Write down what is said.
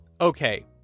okay